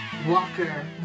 walker